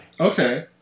Okay